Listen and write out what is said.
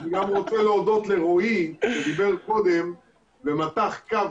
אני גם רוצה להודות לרועי שדיבר קודם ומתח קו